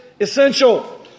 essential